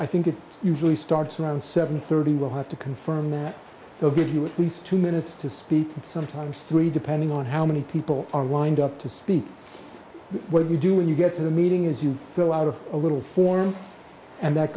i think it usually starts around seven thirty we'll have to confirm that they'll give you at least two minutes to speak and sometimes three depending on how many people are lined up to speak what we do when you get to the meeting is you fill out of a little form and that